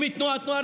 אם היא תנועת נוער,